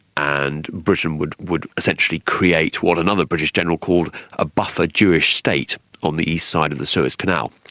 and britain would would essentially create what another british general called a buffer jewish state on the east side of the suez canal.